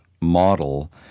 model